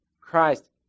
Christ